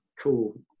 cool